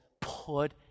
put